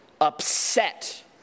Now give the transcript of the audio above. upset